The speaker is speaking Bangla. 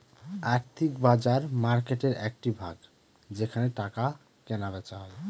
আর্থিক বাজার মার্কেটের একটি ভাগ যেখানে টাকা কেনা বেচা হয়